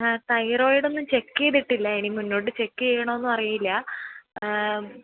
ആ തൈറോയ്ഡ് ഒന്നും ചെക്ക് ചെയ്തിട്ടില്ല ഇനി മുന്നോട്ട് ചെക്ക് ചെയ്യണോ എന്നും അറിയില്ല